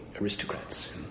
aristocrats